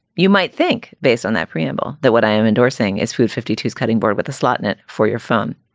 you might think, based on that preamble, that what i am endorsing is food fifty two s cutting board with us-latin it for your fun.